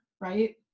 right